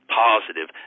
positive